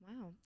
Wow